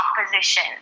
opposition